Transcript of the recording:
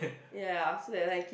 ya so that night I keep